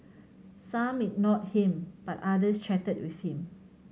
some ignored him but others chatted with him